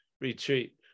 retreat